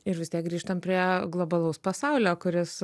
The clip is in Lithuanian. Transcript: ir vis tiek grįžtant prie globalaus pasaulio kuris